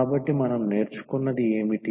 కాబట్టి మనం నేర్చుకున్నది ఏమిటి